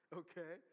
okay